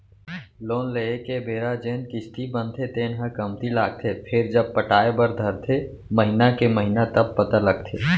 loan लेए के बेरा जेन किस्ती बनथे तेन ह कमती लागथे फेरजब पटाय बर धरथे महिना के महिना तब पता लगथे